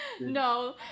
no